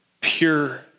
pure